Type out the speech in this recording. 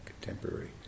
contemporary